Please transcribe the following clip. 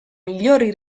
migliori